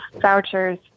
vouchers